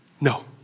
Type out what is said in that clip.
No